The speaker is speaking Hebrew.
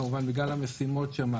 כמובן בגלל המשימות שם,